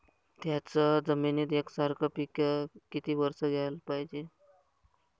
थ्याच जमिनीत यकसारखे पिकं किती वरसं घ्याले पायजे?